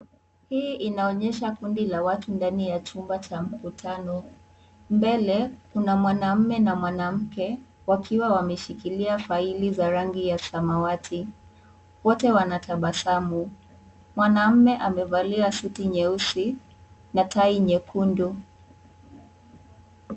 Hii inaonyesha kundi la watu ndani ya chumba cha mkutano ,mbele kuna mwanaume na mwanamke wakiwa wameshikilia faili za rangi za rangi ya samawati wote wanatabasamu mwanaume amevalia suti nyeusi na tai nyekundu.